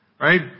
right